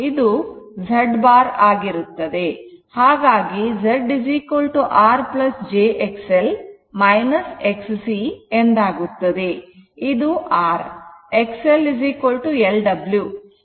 ಇದು Z bar ಆಗಿರುತ್ತದೆ ಹಾಗಾಗಿ Z R j XL Xc ಎಂದಾಗುತ್ತದೆ